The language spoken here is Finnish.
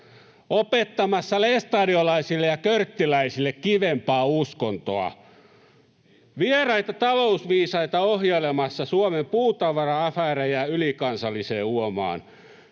opettamassa lestadiolaisille ja körttiläisille kivempaa uskontoa, vieraita talousviisaita ohjailemassa Suomen puutavara-afäärejä ylikansalliseen uomaan